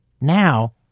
Now